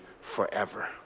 forever